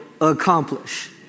accomplish